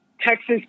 Texas